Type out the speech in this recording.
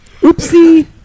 Oopsie